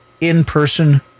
in-person